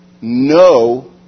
no